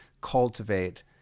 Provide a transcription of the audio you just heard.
cultivate